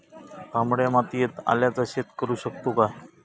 तामड्या मातयेत आल्याचा शेत करु शकतू काय?